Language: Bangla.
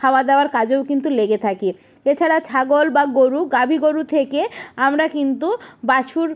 খাওয়া দাওয়ার কাজেও কিন্তু লেগে থাকে এছাড়া ছাগল বা গোরু গাভী গোরু থেকে আমরা কিন্তু বাছুর